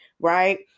right